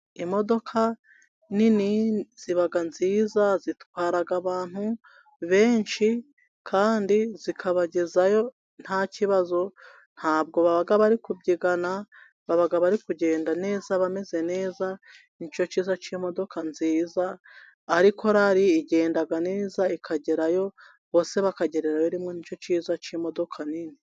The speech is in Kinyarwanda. Imodoka nini ziba nziza zitwara abantu benshi kandi zikabagezayo nta kibazo ntabwo baba bari kubyigana baba bari kugenda neza bameze neza nicyo cyiza cy'imodoka nziza ariko korari igenda neza ikagerayo bose bakagererayo rimwe, nicyo cyiza cy'imodoka nini.